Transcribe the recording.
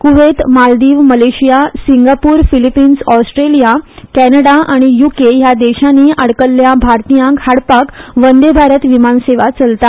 Kuwait Maldives Malaysia Singapore Philippines Australia Canada आनी UK ह्या देशांनीय आडकल्ल्या भारतीयांक हाडपाक वंदे भारत विमान सेवा चलता